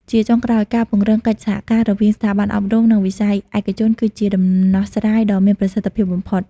ជាចុងក្រោយ ការពង្រឹងកិច្ចសហការរវាងស្ថាប័នអប់រំ និងវិស័យឯកជន គឺជាដំណោះស្រាយដ៏មានប្រសិទ្ធភាពបំផុត។